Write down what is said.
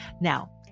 Now